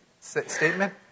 statement